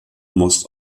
most